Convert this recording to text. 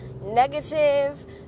negative